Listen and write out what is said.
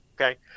okay